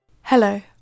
Hello